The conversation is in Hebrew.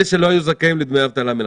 אלה שלא היו זכאים לדמי אבטלה מלכתחילה.